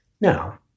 Now